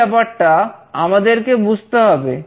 এই ব্যাপারটা আমাদেরকে বুঝতে হবে